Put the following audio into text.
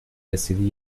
رسیدی